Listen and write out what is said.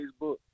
Facebook